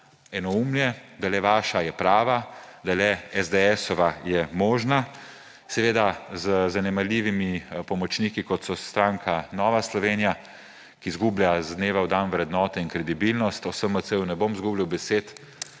enoumje, da le vaša je prava, da le SDS-ova je možna, seveda z zanemarljivimi pomočniki, kot so stranka Nova Slovenija, ki izgublja iz dneva v dan vrednote in kredibilnost, o SMC-ju ne bom izgubljal besed,